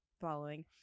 following